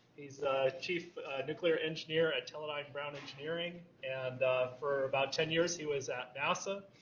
he's the chief nuclear engineer at teledyne brown engineering and for about ten years, he was at nasa.